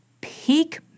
peak